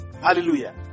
Hallelujah